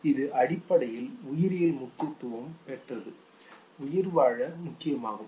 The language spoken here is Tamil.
இது அடிப்படையில் உயிரியல் முக்கியத்துவம் பெற்றது உயிர்வாழ முக்கியமாகும்